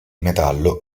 metallo